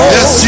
Yes